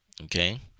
okay